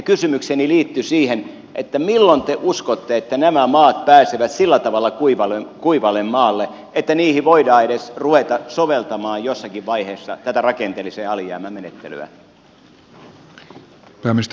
kysymykseni liittyi siihen milloin te uskotte että nämä maat pääsevät sillä tavalla kuivalle maalle että niihin voidaan edes ruveta soveltamaan jossakin vaiheessa tätä rakenteellisen alijäämän menettelyä